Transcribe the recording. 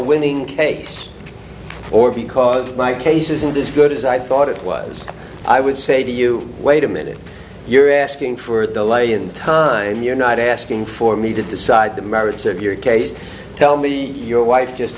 winning take or because my case isn't as good as i thought it was i would say to you wait a minute you're asking for the lay in time you're not asking for me to decide the merits of your case tell me your wife just